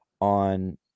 on